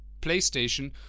PlayStation